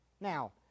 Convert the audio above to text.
Now